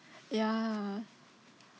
ya